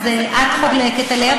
אז את חולקת עליה,